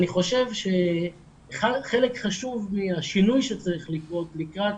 אני חושב שחלק חשוב מהשינוי שצריך לקרות לקראת